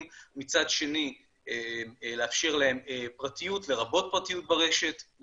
מצד אחד ומצד שני לאפשר להם פרטיות לרבות פרטיות ברשת,